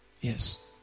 Yes